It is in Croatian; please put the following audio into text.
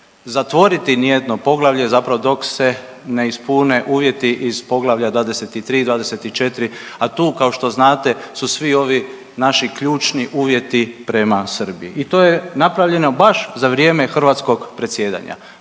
zatvoriti nijedno poglavlje zapravo dok se ne ispune uvjeti iz Poglavlja 23. i 24., a tu kao što znate su svi ovi naši ključni uvjeti prema Srbiji i to je napravljeno baš za vrijeme hrvatskog predsjedanja.